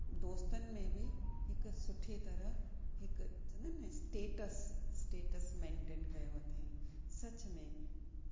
दोस्तनि में बि हिकु सुठी तरह हिकु चवंदा आहिनि न स्टेट्स स्टेट्स मेंटेन कयो अथेई सच में